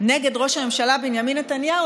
נגד ראש הממשלה בנימין נתניהו,